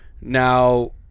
now